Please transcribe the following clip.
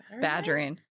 badgering